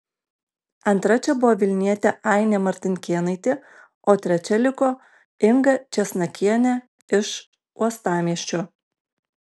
antra čia buvo vilnietė ainė martinkėnaitė o trečia liko inga česnakienė iš uostamiesčio